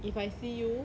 if I see you